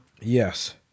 Yes